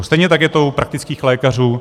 Stejně tak je to u praktických lékařů.